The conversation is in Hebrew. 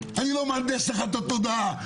אני לא מהנדס לך את התודעה,